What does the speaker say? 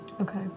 Okay